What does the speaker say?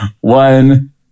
one